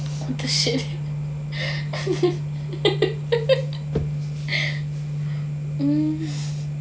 what the shit